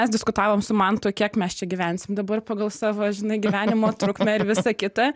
mes diskutavom su mantu kiek mes čia gyvensim dabar pagal savo žinai gyvenimo trukmę ir visa kita